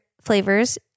flavors